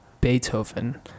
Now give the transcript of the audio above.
Beethoven